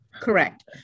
Correct